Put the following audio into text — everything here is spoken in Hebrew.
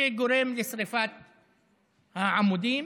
שגורמים לשרפת העמודים,